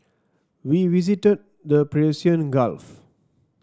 we visited the Gulf